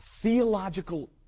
theological